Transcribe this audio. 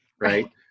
right